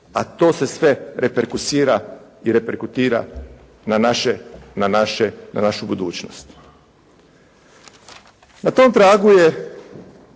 a to se sve reperkusira i reperkutira na naše, na naše, na našu budućnost. Na tom tragu je